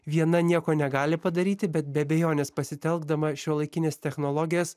viena nieko negali padaryti bet be abejonės pasitelkdama šiuolaikines technologijas